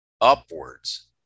upwards